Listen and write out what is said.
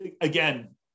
again